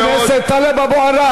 חבר הכנסת טלב אבו עראר,